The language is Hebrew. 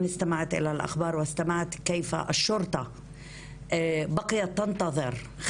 שמעתי איך המשטרה נשארה לחכות מחוץ לכפר או בפאתי הכפר עד אשר נפסקו